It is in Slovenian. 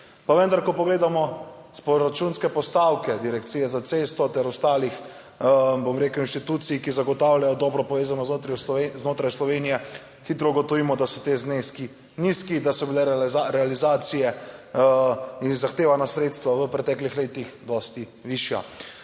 pa vendar, ko pogledamo proračunske postavke Direkcije za cesto ter ostalih bom rekel, inštitucij, ki zagotavljajo dobro povezanost znotraj Slovenije hitro ugotovimo, da so ti zneski nizki, da so bile realizacije in zahtevana sredstva v preteklih letih dosti višja.